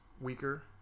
weaker